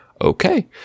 okay